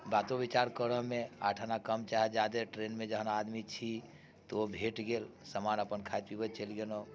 बातो विचार करऽमे आठ अना कम चाहे जादे ट्रेनमे जखन आदमी छी तऽ ओ भेट गेल सामान अपन खाइत पीबैत चलि गेलहुँ